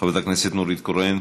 חברת הכנסת נורית קורן.